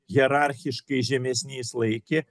hierarchiškai žemesniais laikė